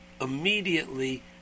immediately